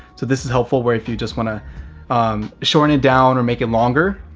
so this is helpful where if you just want to shorten it down or make it longer.